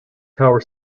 tower